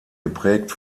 geprägt